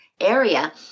area